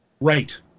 Right